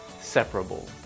separable